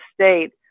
state